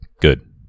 good